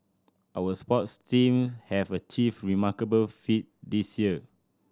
our sports teams have achieved remarkable feats this year